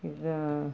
ಇದೂ